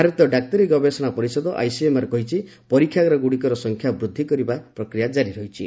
ଭାରତୀୟ ଡାକ୍ତରୀ ଗବେଷଣା ପରିଷଦ ଆଇସିଏମ୍ଆର୍ କହିଛି ପରୀକ୍ଷାଗାରଗୁଡ଼ିକର ସଂଖ୍ୟା ବୃଦ୍ଧି କରିବା ପ୍ରକ୍ରିୟା ଜାରି ରଖିଛି